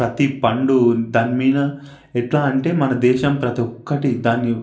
ప్రతి పండు దాని మీద ఎట్లా అంటే మన దేశం ప్రతీ ఒక్కటి దాన్ని